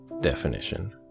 definition